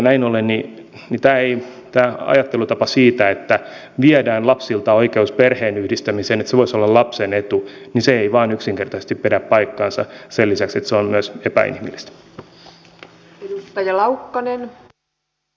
näin ollen tämä ajattelutapa siitä että viedään lapsilta oikeus perheenyhdistämiseen että se voisi olla lapsen etu ei vain yksinkertaisesti pidä paikkaansa sen lisäksi että se on myös epäinhimillistä